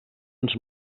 ens